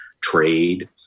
trade